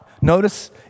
Notice